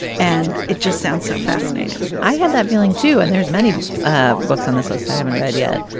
and it just sounds so fascinating. i had that feeling, too and there's many ah books on this list. i haven't read yet,